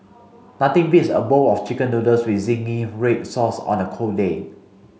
nothing beats a bowl of chicken noodles with zingy red sauce on a cold day